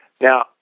Now